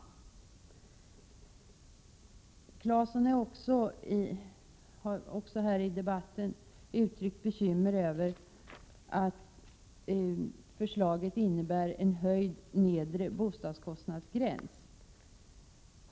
Tore Claeson har också i denna debatt uttryckt oro över att förslaget innebär en höjning av den nedre bostadskostnadsgränsen.